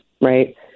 right